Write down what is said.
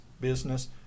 business